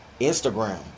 Instagram